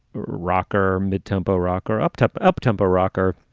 rocker, mid-tempo rocker, uptempo uptempo rocker.